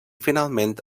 finalment